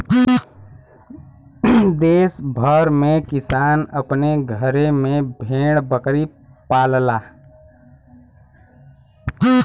देस भर में किसान अपने घरे में भेड़ बकरी पालला